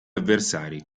avversari